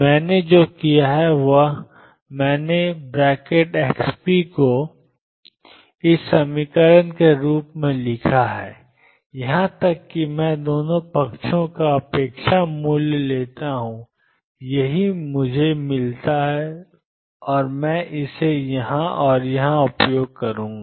मैंने जो किया है मैंने ⟨xp⟩ को ⟨xppx⟩2⟨xp px⟩2 के रूप में लिखा है यहां तक कि मैं दोनों पक्षों पर अपेक्षा मूल्य लेता हूं यही मुझे मिलता है और मैं इसे यहां और यहां उपयोग करूंगा